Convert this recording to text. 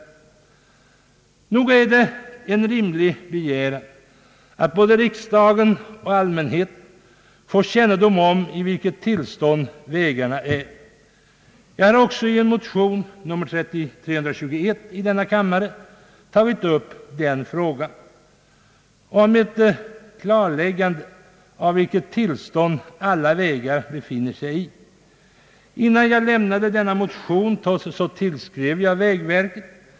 Nog är det en rimlig begäran att både riksdagen och allmänheten får kännedom om i vilket tillstånd vägarna är. Jag har också i en motion, I: 321, tagit upp frågan om ett klarläggande av vilket tillstånd alla vägar befinner sig i. Innan jag lämnade denna motion tillskrev jag vägverket.